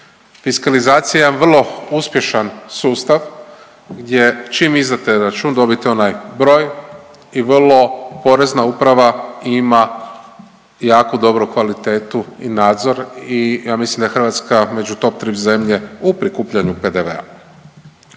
Fiskalizacija je vrlo uspješan sustav gdje čim izdate račun, dobite onaj broj i vrlo, Porezna uprava ima jako dobru kvalitetu i nadzor i ja mislim da je Hrvatska među top 3 zemlje u prikupljanju PDV-a.